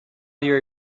your